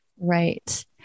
Right